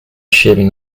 shaving